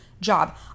job